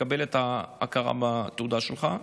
לקבל את ההכרה בתעודה שלך.